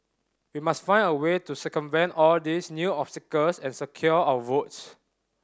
we must find a way to circumvent all these new obstacles and secure our votes